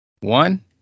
one